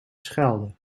schelden